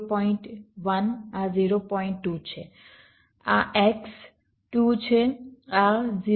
2 છે આ x 2 છે આ 0